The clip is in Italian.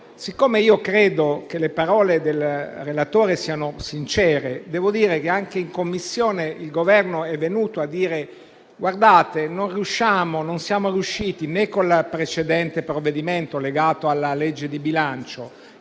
Credo però che le parole del relatore siano sincere e devo dire che anche in Commissione il Governo è venuto a dire di non essere riuscito, né con il precedente provvedimento legato alla legge di bilancio,